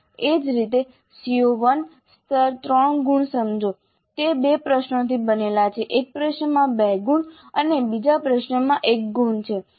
એ જ રીતે CO1 સ્તર 3 ગુણ સમજો તે બે પ્રશ્નોથી બનેલા છે એક પ્રશ્નમાં 2 ગુણ અને બીજા પ્રશ્નમાં 1 ગુણ છે